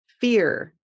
fear